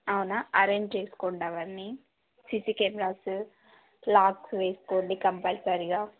అవునా అరేంజ్ చేసుకోండి అవన్నీ సిసి కెమెరాస్ లాక్స్ వేసుకోండి కంపల్సరీగా